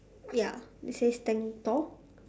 ya it says tank tall